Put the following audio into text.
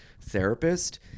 therapist